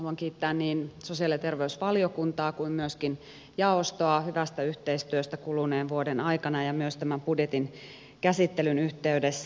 haluan kiittää niin sosiaali ja terveysvaliokuntaa kuin myöskin jaostoa hyvästä yhteistyöstä kuluneen vuoden aikana ja myös tämän budjetin käsittelyn yhteydessä